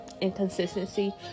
Inconsistency